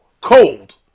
Cold